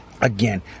Again